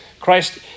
Christ